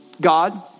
God